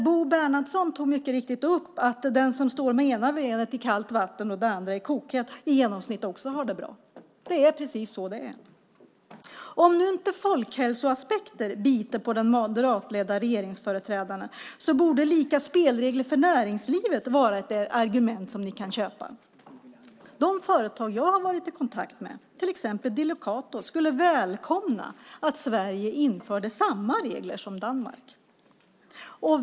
Bo Bernhardsson sade att den som står med ena benet i kallt vatten och det andra i kokhett vatten i genomsnitt också har det bra. Det är precis så det är. Om inte folkhälsoaspekter biter på de moderatledda regeringsföreträdarna borde lika spelregler för näringslivet vara ett argument som de kan köpa. De företag som jag har varit i kontakt med, till exempel Delicato, skulle välkomna att Sverige införde samma regler som Danmark.